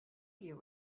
you